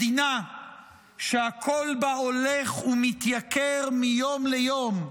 מדינה שהכול בה הולך ומתייקר מיום ליום,